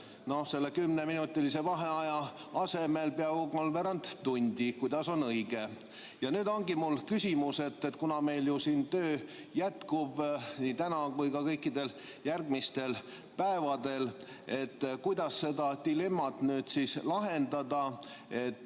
selle kümneminutilise vaheaja asemel peaaegu kolmveerand tundi, kuidas on õige. Nüüd ongi mul küsimus, et kuna meil ju siin töö jätkub nii täna kui ka kõikidel järgmistel päevadel, siis kuidas seda dilemmat lahendada, et